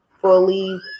fully